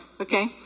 Okay